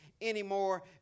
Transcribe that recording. anymore